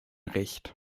recht